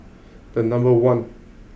the number one